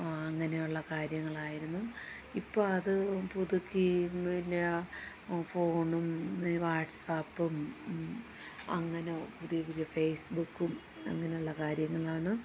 അങ്ങനെയുള്ള കാര്യങ്ങളായിരുന്നു ഇപ്പോൾ അത് പുതുക്കി പിന്നെ ഫോണും വാട്ട്സാപ്പും അങ്ങനെ പുതിയ പുതിയ ഫേസ്ബുക്കും അങ്ങനെയുള്ള കാര്യങ്ങളാണ്